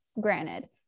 granted